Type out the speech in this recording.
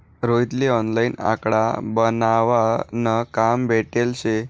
रोहित ले ऑनलाईन आकडा बनावा न काम भेटेल शे